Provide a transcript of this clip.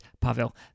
Pavel